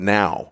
now